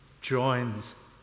joins